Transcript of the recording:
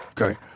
Okay